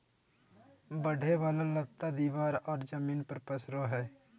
बढ़े वाला लता दीवार और जमीन पर पसरो हइ